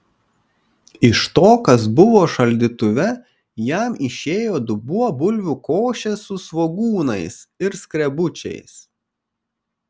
iš to kas buvo šaldytuve jam išėjo dubuo bulvių košės su svogūnais ir skrebučiais